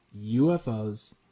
UFOs